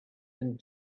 and